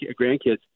grandkids